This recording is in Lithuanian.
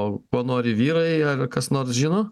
o ko nori vyrai ar kas nors žino